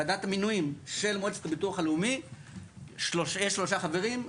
ועדת המינויים שמועצת הביטוח הלאומי יש שלושה חברים,